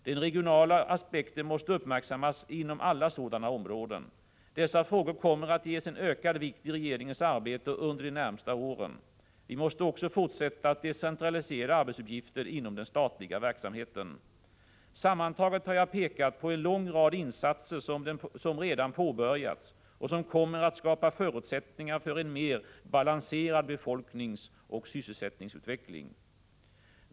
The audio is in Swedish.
Den regionala aspekten måste uppmärksammas inom alla sådana områden. Dessa frågor kommer att ges en ökad vikt i regeringens arbete under de närmaste åren. Vi måste också fortsätta att decentralisera arbetsuppgifter inom den statliga verksamheten. Sammantaget har jag pekat på en lång rad insatser som redan påbörjats och som kommer att skapa förutsättningar för en mer balanserad befolkningsoch sysselsättningsutveckling.